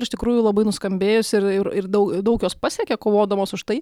ir iš tikrųjų labai nuskambėjusi ir ir ir daug daug jos pasiekė kovodamos už tai